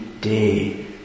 day